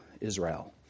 Israel